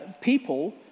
people